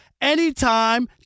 anytime